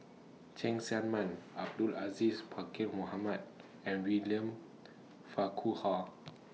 Cheng Tsang Man Abdul Aziz Pakkeer Mohamed and William Farquhar